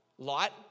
Light